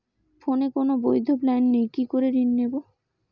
ফোনে কোন বৈধ প্ল্যান নেই কি করে ঋণ নেব?